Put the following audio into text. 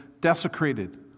desecrated